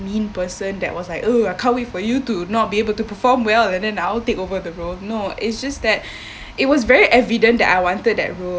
mean person that was Iike oh I can't wait for you to not be able to perform well and then I'll take over the role no it's just that it was very evident that I wanted that role